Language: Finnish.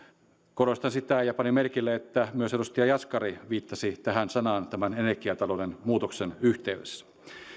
korostan sitä ja panin merkille että myös edustaja jaskari viittasi tähän sanaan tämän energiatalouden muutoksen yhteydessä